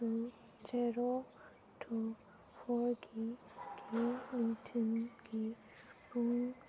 two zero two ꯐꯣꯔꯒꯤ ꯅꯨꯡꯊꯤꯟꯒꯤ ꯄꯨꯡ